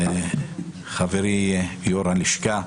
חברי יו"ר הלשכה.